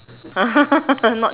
not